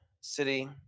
city